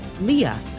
Leah